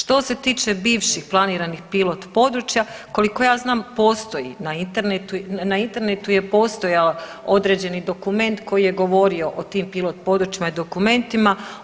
Što se tiče bivših planiranih pilot područja koliko ja znam postoji na internetu, na internetu je postojao određeni dokument koji je govorio o tim pilot područjima i dokumentima.